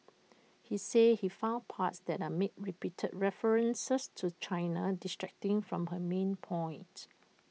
he says he found parts that made repeated references to China distracting from her main point